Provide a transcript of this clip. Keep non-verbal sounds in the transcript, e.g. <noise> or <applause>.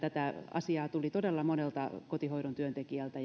ongelmatiikkaa tuli todella monelta kotihoidon työntekijältä <unintelligible>